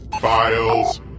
files